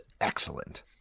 excellent